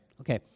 Okay